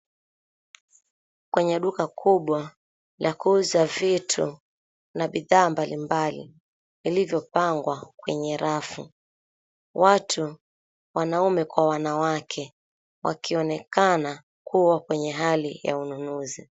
Kwenye duka kubwa, la kuuza vitu na bidhaa mbalimbali vilivyopangwa kwenye rafu, Watu, wanaume kwa wanawake, wakionekana kuwa kwenye hali ya ununuzi.